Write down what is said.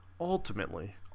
ultimately